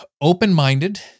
open-minded